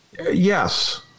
yes